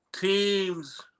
teams